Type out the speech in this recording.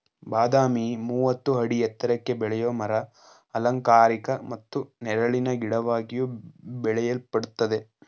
ಬಾದಾಮಿ ಮೂವತ್ತು ಅಡಿ ಎತ್ರಕ್ಕೆ ಬೆಳೆಯೋ ಮರ ಅಲಂಕಾರಿಕ ಮತ್ತು ನೆರಳಿನ ಗಿಡವಾಗಿಯೂ ಬೆಳೆಯಲ್ಪಡ್ತದೆ